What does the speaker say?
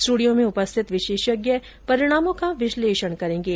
studio में उपस्थित विशेषज्ञ परिणामों का विश्लेषण करेंगे